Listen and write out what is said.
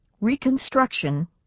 Reconstruction